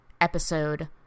episode